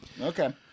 Okay